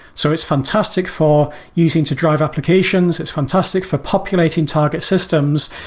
so it's fantastic for using to drive applications. it's fantastic for populating target systems.